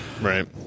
Right